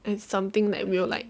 and something that will like